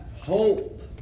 Hope